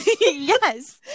Yes